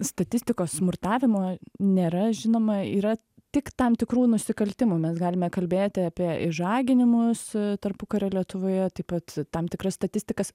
statistikos smurtavimo nėra žinoma yra tik tam tikrų nusikaltimų mes galime kalbėti apie išžaginimus tarpukario lietuvoje taip pat tam tikras statistikas